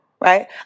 right